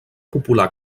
popular